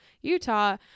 Utah